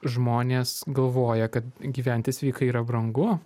žmonės galvoja kad gyventi sveikai yra brangu